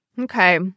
Okay